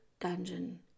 dungeon